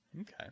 Okay